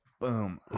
boom